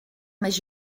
més